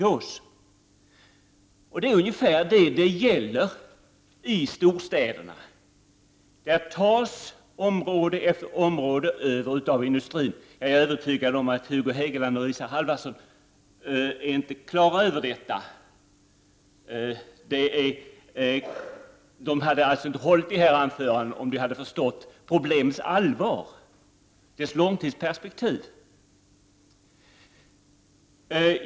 Ungefär så är det i storstäderna. Där tas område efter område över av industrin. Jag är övertygad om att Hugo Hegeland och Isa Halvarsson inte är på det klara med detta. De hade inte hållit sina anföranden om de förstått problemets allvar och dess långtidsperspektiv.